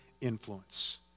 influence